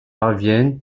parviennent